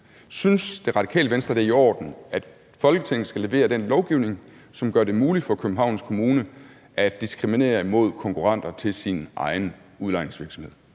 Synes Det Radikale Venstre, det er i orden, at Folketinget skal levere den lovgivning, som gør det muligt for Københavns Kommune at diskriminere imod konkurrenter til deres egen udlejningsvirksomhed?